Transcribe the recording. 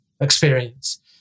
experience